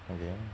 okay